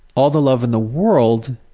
all the love in the world,